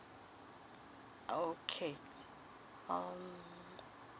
okay um